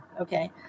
okay